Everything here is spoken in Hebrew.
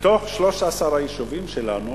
בתוך 13 היישובים שלנו